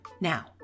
Now